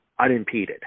unimpeded